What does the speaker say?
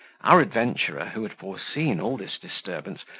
our adventurer, who had foreseen all this disturbance,